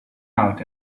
out